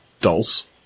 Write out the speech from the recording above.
dolls